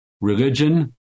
Religion